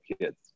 kids